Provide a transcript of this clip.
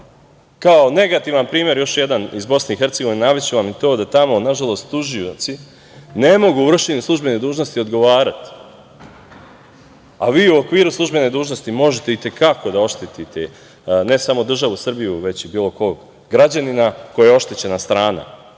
negativan primer još jedan iz Bosne i Hercegovine navešću vam i to da tamo, nažalost, tužioci ne mogu u vršenju službene dužnosti odgovarati. A vi u okviru službene dužnosti možete i te kako da oštetite ne samo državu Srbiju već i bilo kog građanina koji je oštećena strana,